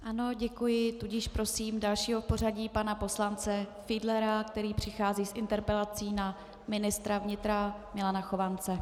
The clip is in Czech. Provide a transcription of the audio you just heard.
Ano, děkuji, tudíž prosím dalšího v pořadí, pana poslance Fiedlera, který přichází s interpelací na ministra vnitra Milana Chovance.